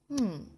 hmm